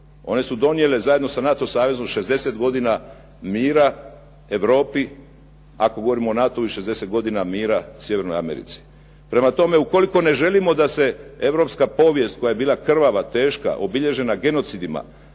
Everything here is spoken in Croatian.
One su donijele, zajedno sa NATO savezom 60 godina mira Europi, ako govorimo o NATO-u i 60 godina mira Sjevernoj Americi. Prema tome, ukoliko ne želimo da se europska povijest koja je bila krvava, teška, obilježena genocidima,